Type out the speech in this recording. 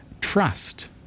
trust